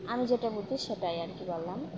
আমি যেটা বঝি সেটাই আর কি বললাম